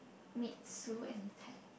made Sue and Pat